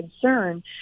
concern